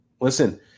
listen